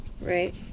Right